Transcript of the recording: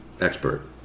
expert